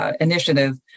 initiative